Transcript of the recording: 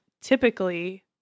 typically